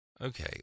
Okay